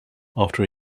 after